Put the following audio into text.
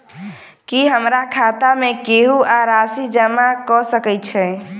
की हमरा खाता मे केहू आ राशि जमा कऽ सकय छई?